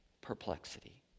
perplexity